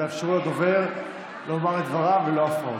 תאפשרו לדובר לומר את דבריו ללא הפרעות.